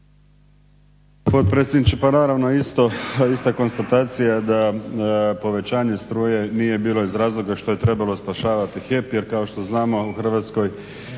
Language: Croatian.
potpredsjedniče. Pa naravno ista konstatacija da povećanje struje nije bilo iz razloga što je trebalo spašavati HEP, jer kao što znamo u Hrvatskoj